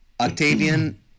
Octavian